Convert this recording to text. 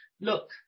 Look